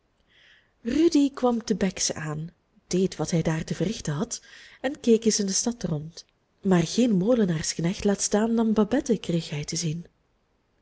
rudy kwam te bex aan deed wat hij daar te verrichten had en keek eens in de stad rond maar geen molenaarsknecht laat staan dan babette kreeg hij te zien